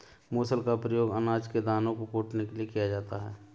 मूसल का प्रयोग अनाज के दानों को कूटने के लिए किया जाता है